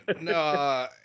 No